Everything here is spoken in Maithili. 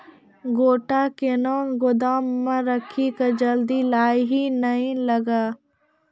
गोटा कैनो गोदाम मे रखी की जल्दी लाही नए लगा?